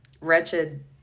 wretched